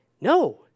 No